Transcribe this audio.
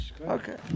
Okay